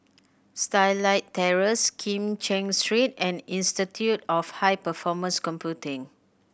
Starlight Terrace Kim Cheng Street and Institute of High Performance Computing